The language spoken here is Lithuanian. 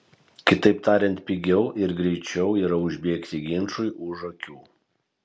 kitaip tariant pigiau ir greičiau yra užbėgti ginčui už akių